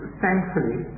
thankfully